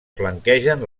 flanquegen